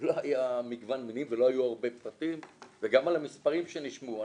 לא היה מגוון מינים, וגם על המספרים שנשמעו.